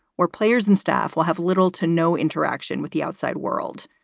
where players and staff will have little to no interaction with the outside world.